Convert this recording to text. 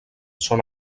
són